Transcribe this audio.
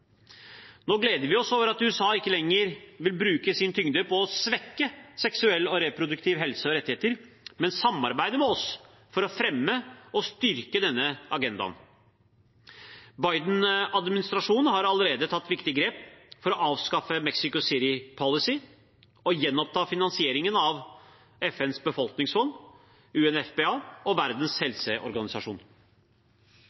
Nå gleder vi oss over at USA ikke lenger vil bruke sin tyngde til å svekke seksuell og reproduktiv helse og rettigheter, men samarbeide med oss for å fremme og styrke denne agendaen. Biden-administrasjonen har allerede tatt viktige grep ved å avskaffe Mexico City Policy og gjenoppta finansieringen av FNs befolkningsfond, UNFPA, og Verdens